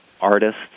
artists